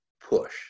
push